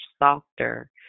softer